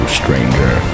stranger